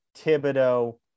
Thibodeau